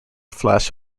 flash